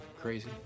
crazy